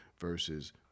versus